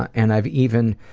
and i've even